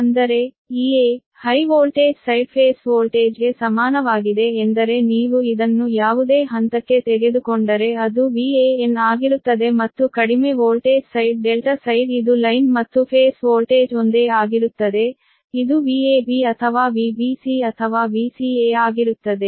ಅಂದರೆ ಈ a high voltage side phase ವೋಲ್ಟೇಜ್ಗೆ ಸಮಾನವಾಗಿದೆ ಎಂದರೆ ನೀವು ಇದನ್ನು ಯಾವುದೇ ಹಂತಕ್ಕೆ ತೆಗೆದುಕೊಂಡರೆ ಅದು VAn ಆಗಿರುತ್ತದೆ ಮತ್ತು ಕಡಿಮೆ ವೋಲ್ಟೇಜ್ ಸೈಡ್ ∆ ಸೈಡ್ ಇದು ಲೈನ್ ಮತ್ತು ಫೇಸ್ ವೋಲ್ಟೇಜ್ ಒಂದೇ ಆಗಿರುತ್ತದೆ ಇದು VAB ಅಥವಾ VBC ಅಥವಾ VCA ಆಗಿರುತ್ತದೆ